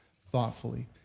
thoughtfully